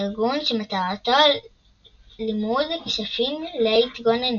ארגון שמטרתו לימוד כשפים להתגוננות.